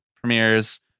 premieres